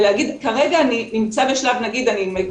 ולהגיד כרגע אני נמצא בשלב למשל,